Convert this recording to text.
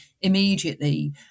immediately